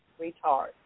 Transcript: retard